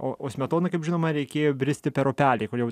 o o smetonai kaip žinoma reikėjo bristi per upelį kur jau